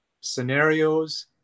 scenarios